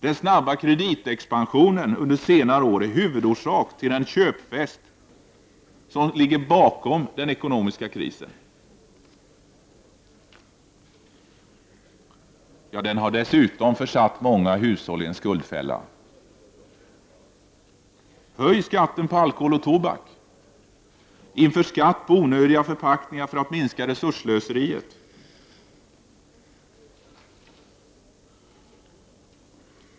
Den snabba kreditexpansionen under senare år är en huvudorsak till den köpfest som ligger bakom den ekonomiska krisen. Den har dessutom försatt många hushåll i en skuldfälla. Höj skatterna på alkohol och tobak. Inför skatt på onödiga förpackningar för att minska resursslöseriet.